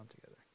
together